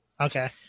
okay